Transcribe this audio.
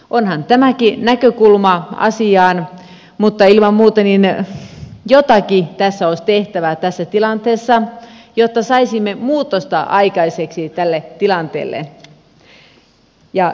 onhan tämäkin näkökulma asiaan mutta ilman muuta jotakin tässä tilanteessa olisi tehtävä jotta saisimme muutosta aikaiseksi tälle tilanteelle